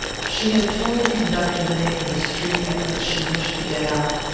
she had told the conductor the name of the street at which she wished to get out,